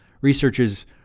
Researchers